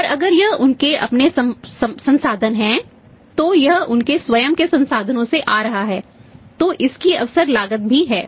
और अगर यह उनके अपने संसाधन हैं तो यह उनके स्वयं के संसाधनों से आ रहा है तो इसकी अवसर लागत भी है